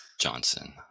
johnson